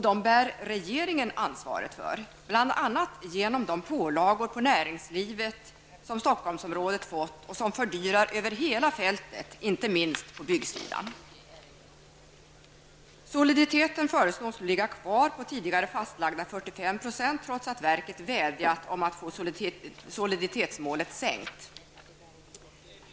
Dem bär regeringen ansvaret för, bl.a. genom de pålagor på näringslivet som Stockholmsområdet fått och som fördyrar över hela fältet, inte minst på byggsidan. Soliditeten föreslås nu ligga kvar på tidigare fastlagda 45 96, trots att verket vädjat om att få soliditetsmålet sänkt.